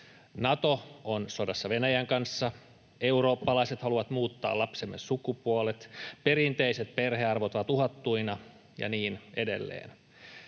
Nato on sodassa Venäjän kanssa, eurooppalaiset haluavat muuttaa lapsiemme sukupuolet, perinteiset perhearvot ovat uhattuina ja niin edelleen.